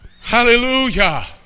hallelujah